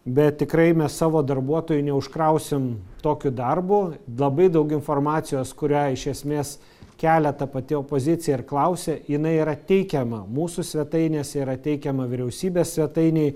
bet tikrai mes savo darbuotojų neužkrausim tokiu darbu labai daug informacijos kurią iš esmės kelia ta pati opozicija ir klausia jinai yra teikiama mūsų svetainėse yra teikiama vyriausybės svetainėj